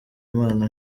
impano